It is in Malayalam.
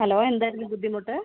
ഹലോ എന്തായിരുന്നു ബുദ്ധിമുട്ട്